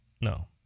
no